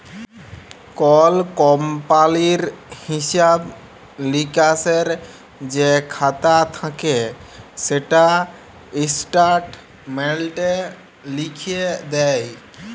call কমপালির হিঁসাব লিকাসের যে খাতা থ্যাকে সেটা ইস্ট্যাটমেল্টে লিখ্যে দেয়